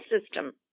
system